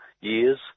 years